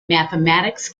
mathematics